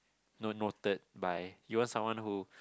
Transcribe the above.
no noted by even someone who